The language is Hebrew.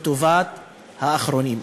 לטובת האחרונים.